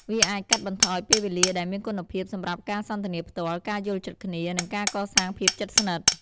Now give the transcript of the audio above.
វាអាចកាត់បន្ថយពេលវេលាដែលមានគុណភាពសម្រាប់ការសន្ទនាផ្ទាល់ ការយល់ចិត្តគ្នា និងការកសាងភាពជិតស្និទ្ធ។